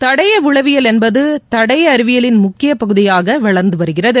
தடய உளவியல் என்பது தடய அறிவியலின் முக்கிய பகுதியாக வளர்ந்து வருகிறது